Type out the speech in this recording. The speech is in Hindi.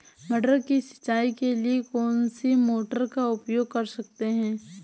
मटर की सिंचाई के लिए कौन सी मोटर का उपयोग कर सकते हैं?